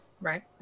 Right